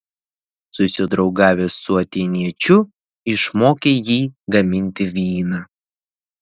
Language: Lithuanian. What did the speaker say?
susidraugavęs su atėniečiu išmokė jį gaminti vyną